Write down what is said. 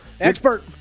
Expert